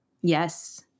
Yes